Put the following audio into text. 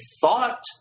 thought